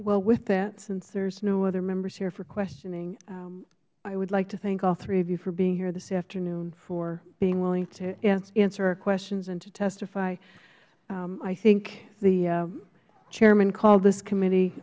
well with that since there are no other members here for questioning i would like to thank all three of you for being here this afternoon for being willing to answer our questions and to testify i think the chairman called this committee